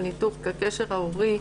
על ניתוק הקשר ההורי,